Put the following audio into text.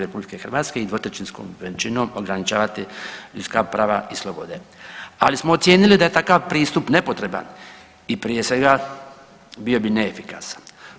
RH i dvotrećinskom većinom ograničavati ljudska prava i slobode, ali smo ocijenili da je takav pristup nepotreban i prije svega, bio bi neefikasan.